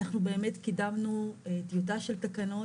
אנחנו באמת קידמנו טיוטה של תקנות,